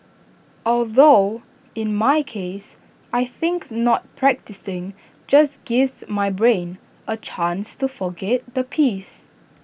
although in my case I think not practising just gives my brain A chance to forget the piece